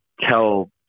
tell